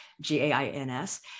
G-A-I-N-S